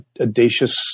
audacious